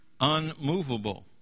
unmovable